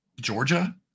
Georgia –